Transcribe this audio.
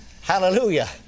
Hallelujah